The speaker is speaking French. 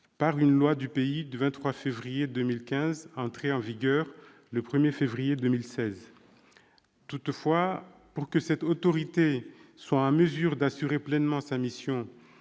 par une loi du pays du 23 février 2015, entrée en vigueur le 1 février 2016. Toutefois, pour que cette autorité soit en mesure d'assurer pleinement sa mission